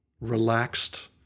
relaxed